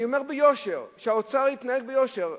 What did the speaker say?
אני אומר, שהאוצר יתנהג ביושר.